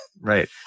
Right